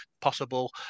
possible